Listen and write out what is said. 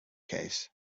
case